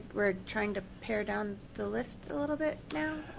we're trying to pair down the list a little bit now.